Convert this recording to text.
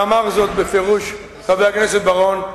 ואמר זאת בפירוש חבר הכנסת בר-און,